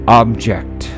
object